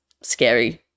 scary